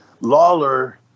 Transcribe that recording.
Lawler